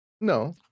No